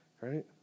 Right